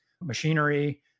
machinery